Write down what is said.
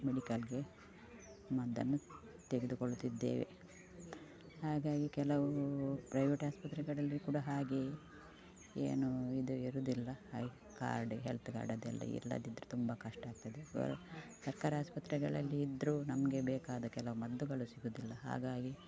ಮೆಡಿಕಲ್ಗೆ ಮದ್ದನ್ನು ತೆಗೆದುಕೊಳ್ತಿದ್ದೇವೆ ಹಾಗಾಗಿ ಕೆಲವು ಪ್ರೈವೇಟ್ ಆಸ್ಪತ್ರೆಗಳಲ್ಲಿ ಕೂಡ ಹಾಗೇ ಏನು ಇದು ಇರುವುದಿಲ್ಲ ಹಾಗೇ ಕಾರ್ಡ್ ಹೆಲ್ತ್ ಕಾರ್ಡ್ ಅದೆಲ್ಲ ಇಲ್ಲದಿದ್ದರು ತುಂಬ ಕಷ್ಟ ಆಗ್ತದೆ ಗೌ ಸರ್ಕಾರಿ ಆಸ್ಪತ್ರೆಗಳಲ್ಲಿ ಇದ್ದರೂ ನಮಗೆ ಬೇಕಾದ ಕೆಲವು ಮದ್ದುಗಳು ಸಿಗುವುದಿಲ್ಲ ಹಾಗಾಗಿ